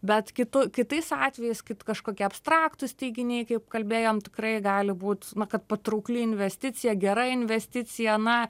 bet kitu kitais atvejais kažkokie abstraktūs teiginiai kaip kalbėjom tikrai gali būt na kad patraukli investicija gera investicija na